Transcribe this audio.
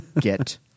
get